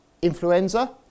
Influenza